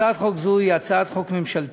הצעת חוק זו היא הצעת חוק ממשלתית,